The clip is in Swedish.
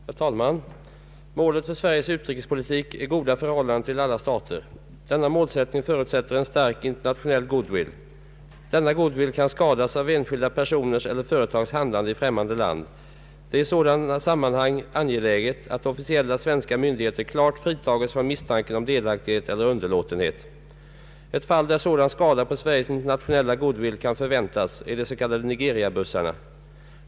Herr talman! Målet för Sveriges utrikespolitik är goda förhållanden till alla stater. Denna målsättning förutsätter en stark internationell goodwill. Denna goodwill kan skadas av enskilda personers eller företags handlande i främmande land. Det är i sådana sammanhang angeläget att officiella svenska myndigheter klart fritages från misstanken om delaktighet eller underlåtenhet. Ett fall där sådan skada på Sveriges internationella goodwill kan förväntas är de s.k. Nigeriabussarna.